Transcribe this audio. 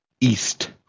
east